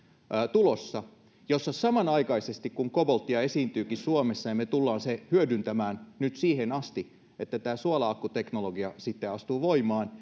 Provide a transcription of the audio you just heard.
tulossa ja samanaikaisesti kun kobolttia esiintyykin suomessa me tulemme sen hyödyntämään nyt siihen asti että tämä suola akkuteknologia sitten astuu voimaan